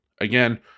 Again